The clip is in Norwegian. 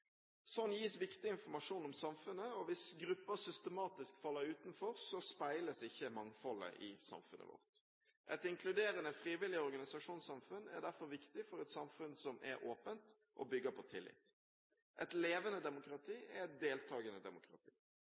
gis viktig informasjon om samfunnet. Hvis grupper systematisk faller utenfor, speiles ikke mangfoldet i samfunnet vårt. Et inkluderende, frivillig organisasjonssamfunn er derfor viktig for et samfunn som er åpent og bygger på tillit. Et levende demokrati er et deltakende demokrati.